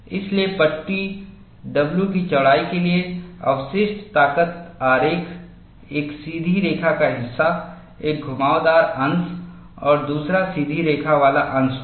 इसलिए पट्टी W की चौड़ाई के लिए अवशिष्ट ताकत आरेख एक सीधी रेखा का हिस्सा एक घुमावदार अंश और दूसरा सीधी रेखा वाला अंश होगा